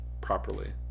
properly